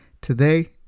Today